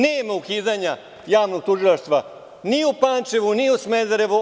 Nema ukidanja javnog tužilaštva ni u Pančevu, ni u Smederevu.